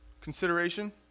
Consideration